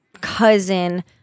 cousin